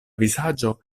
vizaĝo